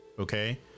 Okay